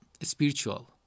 spiritual